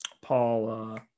Paul –